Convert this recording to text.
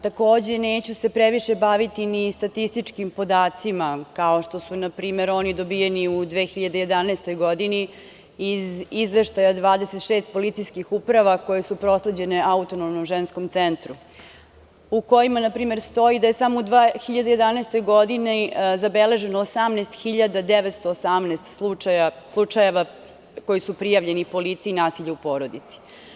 Takođe, neću se previše baviti ni statističkim podacima, kao što su npr. oni dobijeni u 2011. godini iz izveštaja 26 policijskih uprava, koje su prosleđene Autonomnom ženskom centru, u kojima npr. stoji da je samo u 2011. godini zabeleženo 18.918 slučajeva koji su prijavljeni policiji, nasilje u porodici.